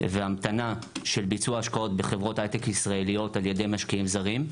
והמתנה של ביצוע השקעות בחברות היי-טק ישראליות של משקיעים זרים,